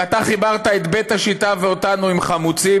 ואתה חיברת את בית השיטה ואותנו עם חמוצים.